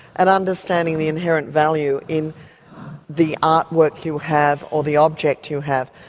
and understanding the inherent value in the art work you have, or the object you have.